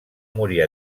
morir